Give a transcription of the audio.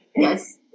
yes